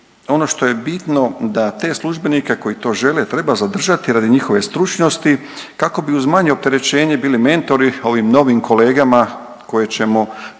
ono što je bitno da te službenike koji to žele treba zadržati radi njihove stručnosti kako bi uz manje opterećenje bili mentori ovim novim kolegama koje ćemo, koje